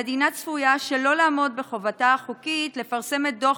המדינה צפויה שלא לעמוד בחובתה החוקית לפרסם את דוח